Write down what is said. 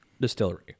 distillery